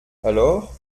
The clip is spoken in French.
alors